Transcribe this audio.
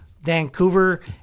Vancouver